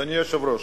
אדוני היושב-ראש,